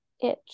itch